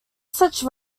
such